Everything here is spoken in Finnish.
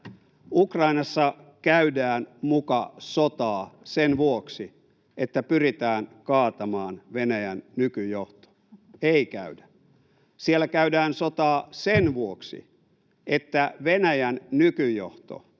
Ukrainassa käydään muka sotaa sen vuoksi, että pyritään kaatamaan Venäjän nykyjohto — ei käydä. Siellä käydään sotaa sen vuoksi, että Venäjän nykyjohto